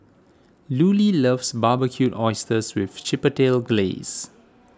Lulie loves Barbecued Oysters with Chipotle Glaze